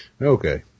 okay